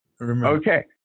Okay